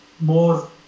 more